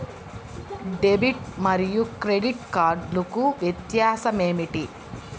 Debit మరియు credit కార్డ్లకు వ్యత్యాసమేమిటీ?